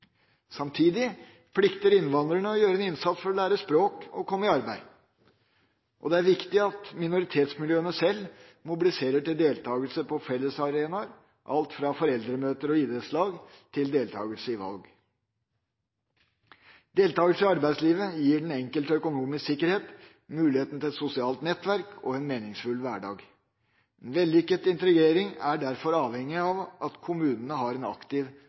Samtidig plikter innvandrerne å gjøre en innsats for å lære språk og komme i arbeid. Det er viktig at minoritetsmiljøene selv mobiliserer til deltakelse på fellesarenaer, alt fra foreldremøter og idrettslag til deltakelse i valg. Deltakelse i arbeidslivet gir den enkelte økonomisk sikkerhet, muligheten til et sosialt nettverk og en meningsfull hverdag. En vellykket integrering er derfor avhengig av at kommunene har en aktiv